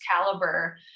caliber